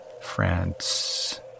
France